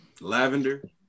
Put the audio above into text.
Lavender